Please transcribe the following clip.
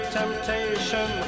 temptation